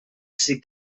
sydd